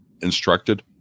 instructed